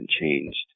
changed